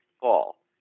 fall